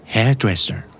Hairdresser